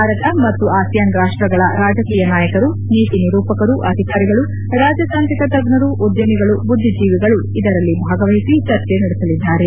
ಭಾರತ ಮತ್ತು ಆಸಿಯಾನ್ ರಾಷ್ಲಗಳ ರಾಜಕೀಯ ನಾಯಕರು ನೀತಿ ನಿರೂಪಕರು ಅಧಿಕಾರಿಗಳು ರಾಜತಾಂತ್ರಿಕ ತಜ್ಞರು ಉದ್ದಮಿಗಳು ಬುದ್ದಿಜೀವಿಗಳು ಇದರಲ್ಲಿ ಭಾಗವಹಿಸಿ ಚರ್ಚೆ ನಡೆಸಲಿದ್ದಾರೆ